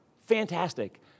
Fantastic